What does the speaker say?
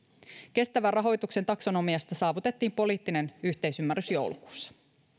kestävän rahoituksen taksonomiasta saavutettiin poliittinen yhteisymmärrys joulukuussa